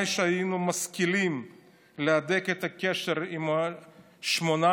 הלוואי שהיינו משכילים להדק את הקשר עם שמונת